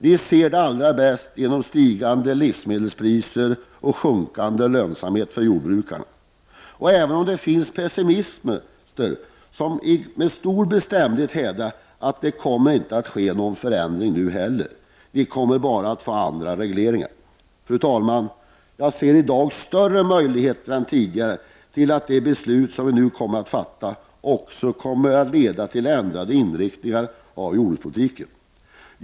Vi ser det allra bäst i stigande livsmedelspriser och sjunkande lönsamhet för jordbrukarna. Det finns pessimister som med ganska stor bestämdhet vill hävda att det inte kommer att ske någon förändring nu heller. Vi kommer bara att få andra regleringar, anser de. Fru talman! Jag ser i dag större möjligheter än tidigare till att det beslut som vi nu kommer att fatta också kommer att leda till en ändrad inriktning av jordbrukspolitiken.